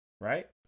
right